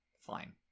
fine